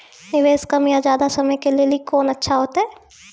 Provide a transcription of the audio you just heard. निवेश कम या ज्यादा समय के लेली कोंन अच्छा होइतै?